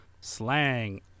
Slang